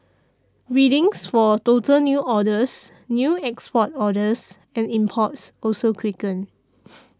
readings for total new orders new export orders and imports also quickened